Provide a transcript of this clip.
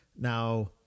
Now